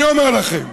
אני אומר לכם,